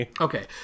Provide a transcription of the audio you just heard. okay